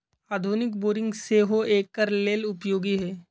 आधुनिक बोरिंग सेहो एकर लेल उपयोगी है